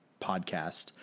podcast